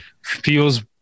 feels